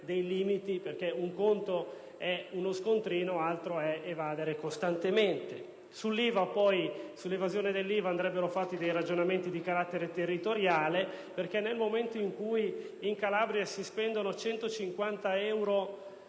dei limiti, perché un conto è uno scontrino, altro è evadere costantemente. Sull'evasione dell'IVA andrebbero fatti dei ragionamenti di carattere territoriale, perché se in Calabria si spendono 150 euro